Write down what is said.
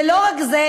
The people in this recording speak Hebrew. ולא רק זה,